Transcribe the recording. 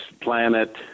planet